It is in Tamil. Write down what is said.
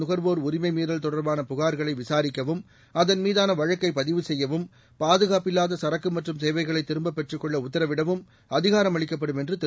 நுகர்வோர் உரிமை மீறல் தொடர்பான புகார்களை விசாரிக்கவும் அதன்மீதான வழக்கை பதிவுசெய்யவும் பாதுகாப்பில்லாத சரக்கு மற்றும் சேவைகளை திரும்பப் பெற்றுக் கொள்ள உத்தரவிடவும் அதிகாரமளிக்கப்படும் என்று திரு